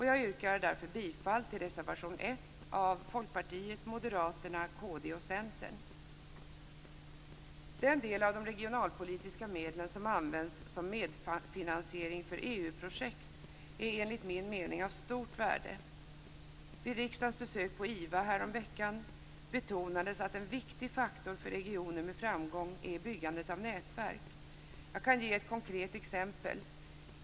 Jag yrkar därför bifall till reservation 1 av Folkpartiet, Moderaterna, Kristdemokraterna och Centern. Den del av de regionalpolitiska medlen som används som medfinansiering för EU-projekt är enligt min mening av stort värde. Vid riksdagens besök på IVA häromveckan betonades att en viktig faktor för regioner med framgång är byggandet av nätverk. Jag kan ge ett konkret exempel.